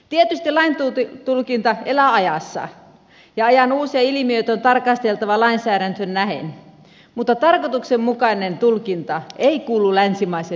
tietysti lain tulkinta elää ajassa ja ajan uusia ilmiöitä on tarkasteltava lainsäädäntöön nähden mutta tarkoituksenmukainen tulkinta ei kuulu länsimaiseen demokratiaan